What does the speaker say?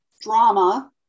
drama